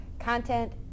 content